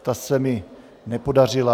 Ta se mi nepodařila.